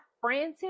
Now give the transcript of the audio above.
frantic